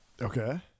Okay